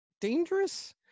dangerous